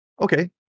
Okay